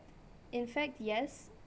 in fact yes